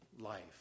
life